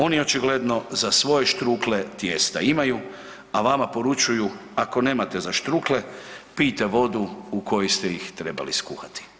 Oni očigledno za svoje štrukle tijesta imaju, a vama poručuju ako nemate za štrukle, pijte vodu u koju ste ih trebali skuhati.